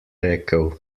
rekel